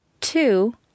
Two